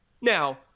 Now